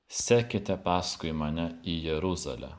sekite paskui mane į jeruzalę